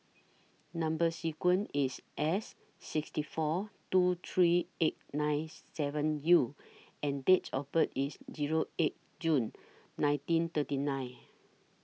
Number sequence IS S sixty four two three eight nine seven U and Date of birth IS Zero eight June nineteen thirty nine